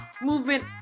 movement